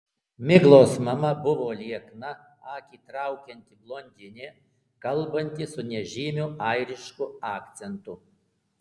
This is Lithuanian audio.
miglos mama buvo liekna akį traukianti blondinė kalbanti su nežymiu airišku akcentu